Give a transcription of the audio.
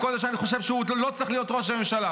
עם כל זה שאני חושב שהוא לא צריך להיות ראש ממשלה,